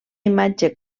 imatge